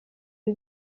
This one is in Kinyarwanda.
ibi